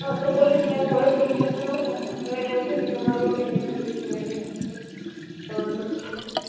હં તો પોલીસને હવે પોલીસ પાસે ન જતા હવે એને એવું કહેજે કે હું મારા વકીલની હાજરી સિવાય નહીં વાત કરું તમારા જોડે કહી દેજો